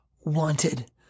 wanted